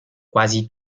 quasi